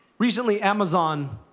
recently, amazon